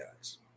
guys